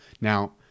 Now